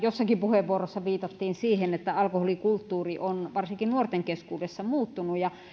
jossakin puheenvuorossa viitattiin siihen että alkoholikulttuuri on varsinkin nuorten keskuudessa muuttunut ja